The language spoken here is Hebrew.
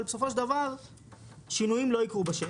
אבל בסופו של דבר שינויים לא יקרו בשטח.